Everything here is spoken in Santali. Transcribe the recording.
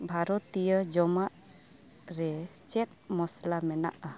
ᱵᱷᱟᱨᱚᱛᱤᱭᱚ ᱡᱚᱢᱟᱜ ᱨᱮ ᱪᱮᱫ ᱢᱚᱥᱞᱟ ᱢᱮᱱᱟᱜᱼᱟ